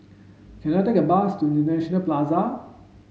can I take a bus to International Plaza